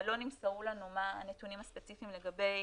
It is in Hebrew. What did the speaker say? אבל לא נמסרו לנו מה הנתונים הספציפיים לגבי